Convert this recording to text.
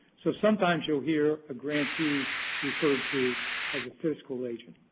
so sometimes you'll hear a grantee referred to as a fiscal agent.